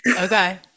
Okay